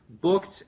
booked